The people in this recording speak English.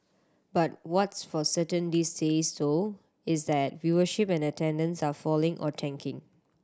but what's for certain these days though is that viewership and attendance are falling or tanking